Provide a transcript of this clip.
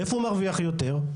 איפה הוא מרוויח יותר?